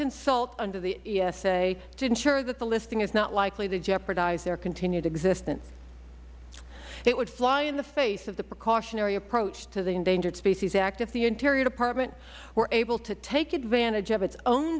consult under the esa to ensure that the listing is not likely to jeopardize their continued existence it would fly in the face of the precautionary approach to the endangered species act if the interior department were able to take advantage of its own